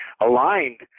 aligned